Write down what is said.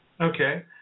Okay